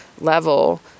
level